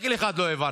שקל אחד לא העברת.